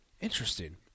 Interesting